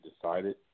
decided